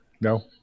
no